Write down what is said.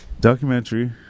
documentary